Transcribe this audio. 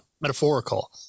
metaphorical